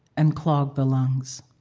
and clog the lungs.